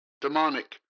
demonic